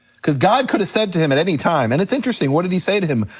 cause god could've said to him at any time, and it's interesting what did he say to him,